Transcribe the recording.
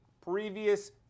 previous